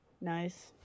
nice